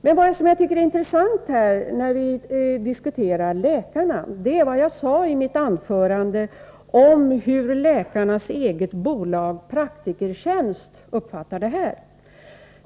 Det intressanta när vi diskuterar läkarna är, som jag sade i mitt anförande, den uppfattning som läkarnas eget bolag Praktikertjänst har.